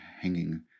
hanging